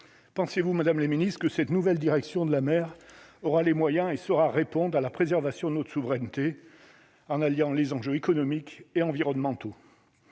pensez-vous Madame la Ministre, que cette nouvelle direction de la mer aura les moyens et sera répondent à la préservation de notre souveraineté en alliant les enjeux économiques et environnementaux,